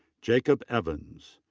jacob evans.